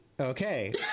Okay